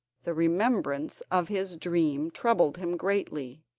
the remembrance of his dream troubled him greatly.